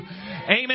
Amen